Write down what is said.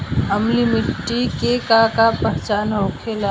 अम्लीय मिट्टी के का पहचान होखेला?